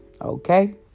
okay